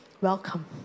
Welcome